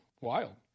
Wild